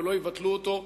ולא יבטלו אותו,